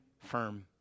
firm